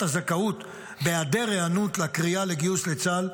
הזכאות בהיעדר היענות לקריאה לגיוס לצה"ל,